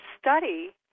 study